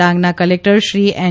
ડાંગના collector Shri N